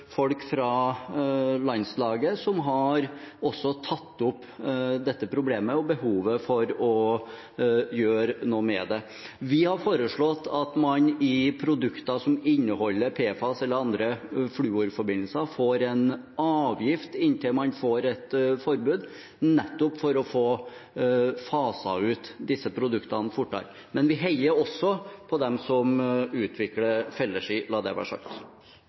folk fra landslaget som også har tatt opp dette problemet og behovet for å gjøre noe med det. Vi har foreslått at man i produkter som inneholder PFAS eller andre fluorforbindelser, får en avgift inntil man får et forbud, nettopp for å få faset ut disse produktene fortere. Men vi heier også på dem som utvikler felleski – la det være sagt.